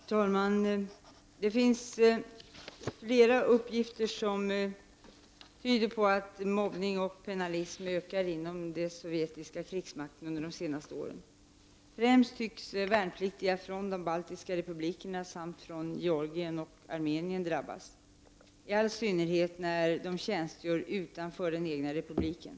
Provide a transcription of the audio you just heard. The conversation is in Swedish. Herr talman! Det finns flera uppgifter som tyder på att mobbning och pennalism ökat inom den sovjetiska krigsmakten under det senaste året. Främst tycks värnpliktiga från de baltiska republikerna samt från Georgien och Armenien drabbas, i all synnerhet när de tjänstgör utanför den egna republiken.